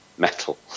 metal